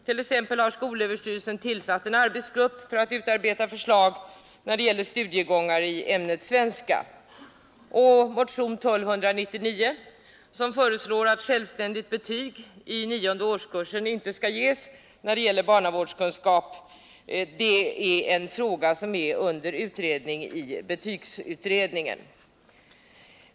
Skolöverstyrelsen har t.ex. tillsatt en arbetsgrupp för att utarbeta förslag till studiegångar i ämnet svenska, I motionen 1299 föreslås att självständigt betyg i nionde årskursen inte skall ges i barnavårdskunskap. Det är en fråga som är under behandling i betygsutredningen.